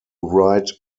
write